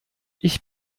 ich